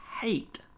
hate